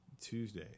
tuesday